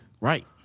right